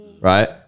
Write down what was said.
right